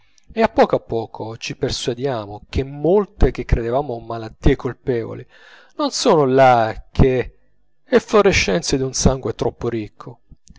e a poco a poco ci persuadiamo che molte che credevamo malattie colpevoli non sono là che efflorescenze d'un sangue troppo ricco